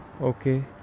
okay